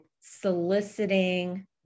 soliciting